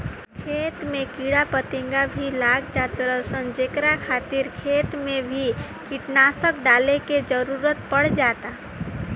खेत में कीड़ा फतिंगा भी लाग जातार सन जेकरा खातिर खेत मे भी कीटनाशक डाले के जरुरत पड़ जाता